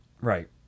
Right